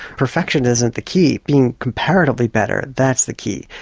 perfection isn't the key, being comparatively better, that's the key.